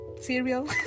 Cereal